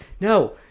No